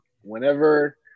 whenever